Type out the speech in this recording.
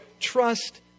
trust